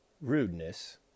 Rudeness